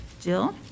jill